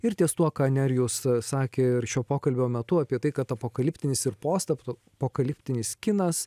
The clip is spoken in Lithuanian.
ir ties tuo ką nerijus sakė ir šio pokalbio metu apie tai kad apokaliptinis ir postapto pokaliptinis kinas